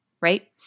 right